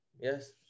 Yes